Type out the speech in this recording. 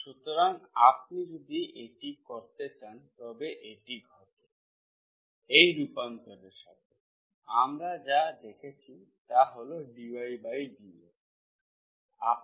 সুতরাং আপনি যদি এটি করতে চান তবে এটি ঘটে এই রূপান্তরের সাথে আমরা যা দেখেছি তা হল dydx12xy 1x22